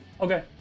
okay